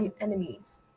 enemies